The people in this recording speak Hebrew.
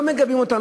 לא מגבים אותה,